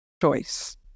choice